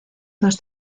dos